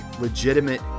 legitimate